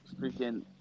freaking